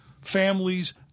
families